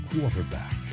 quarterback